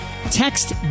text